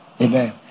Amen